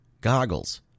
goggles